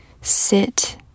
sit